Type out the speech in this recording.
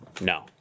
No